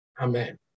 Amen